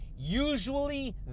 Usually